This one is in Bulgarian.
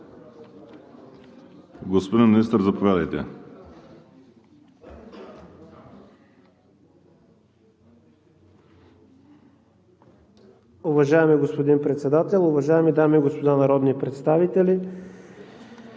Господин Министър, заповядайте.